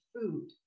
food